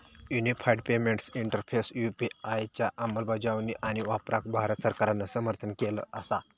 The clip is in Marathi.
युनिफाइड पेमेंट्स इंटरफेस यू.पी.आय च्या अंमलबजावणी आणि वापराक भारत सरकारान समर्थन केला असा